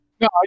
No